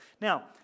Now